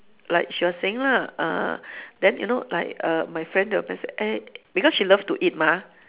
like she was saying lah uh then you know like err my friend they will message eh because she love to eat mah